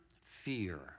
fear